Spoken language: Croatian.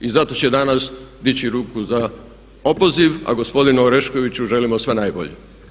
I zato će danas dići ruku za opoziv, a gospodinu Oreškoviću želimo sve najbolje.